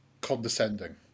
condescending